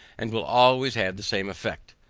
and will always have the same effect.